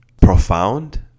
profound